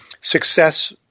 success